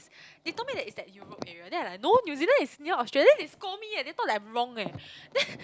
they told me is at Europe area then I like no New Zealand is near Australia then they scold me leh they thought that I'm wrong leh then